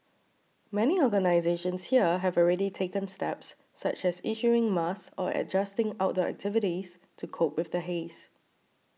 many organisations here have already taken steps such as issuing masks or adjusting outdoor activities to cope with the haze